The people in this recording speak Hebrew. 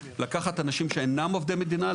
לקחת אנשים שאינם עובדי מדינה,